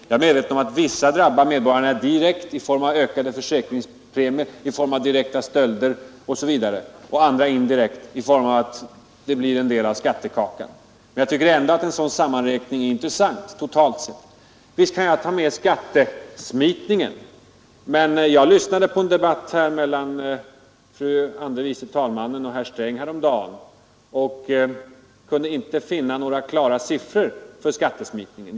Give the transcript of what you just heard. Jag är medveten om att vissa summor drabbar medborgarna direkt i form av ökade försäkringspremier, i form av direkta stölder osv. och andra indirekt i form av att det blir en del av skatterna. Jag tycker ändå, att en sådan sammanräkning är intressant, totalt sett. Visst kan jag ta med skattesmitningen. Jag lyssnade på en debatt mellan fru andre vice talmannen och herr Sträng omdagen men kunde inte finna några klara siffror på skattesmit ningen.